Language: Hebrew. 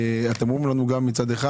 אתם אומרים לנו מצד אחד